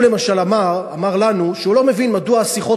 הוא למשל אמר לנו שהוא לא מבין מדוע השיחות